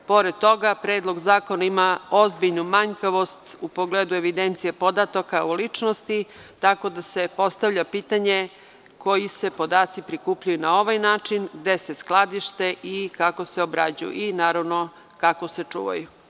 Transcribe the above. Pored toga, Predlog zakona ima ozbiljnu manjkavost u pogledu evidencije podataka o ličnosti, tako da se postavlja pitanje koji se podaci prikupljaju na ovaj način, gde se skladište, kako se obrađuju i kako se čuvaju?